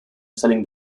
selling